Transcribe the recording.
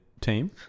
team